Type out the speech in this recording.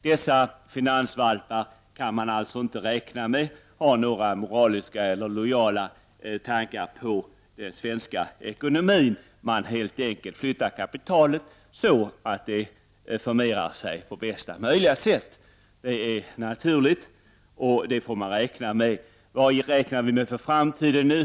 Man kan alltså inte räkna med att dessa finansvalpar har några moraliska eller lojala tankar i fråga om den svenska ekonomin. De flyttar helt enkelt kapitalet så att det förmerar sig på bästa möjliga sätt. Det är naturligt, och det får man räkna med. Vad räknar vi nu med för framtiden?